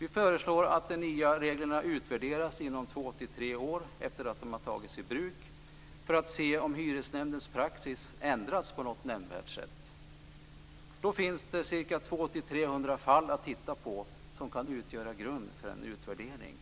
Vi föreslår att de nya reglerna utvärderas inom två till tre år efter det att de tagits i bruk för att se om hyresnämndens praxis ändrats på något nämnvärt sätt. Då kommer det att finnas ca 200-300 fall som kan utgöra grund för en utvärdering.